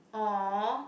oh